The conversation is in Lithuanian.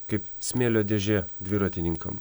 kaip smėlio dėžė dviratininkam